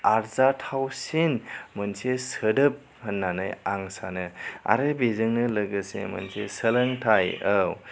आरजाथावसिन मोनसे सोदोब होन्नानै आं सानो आरो बेजोंनो लोगोसे मोनसे सोलोंथाइ औ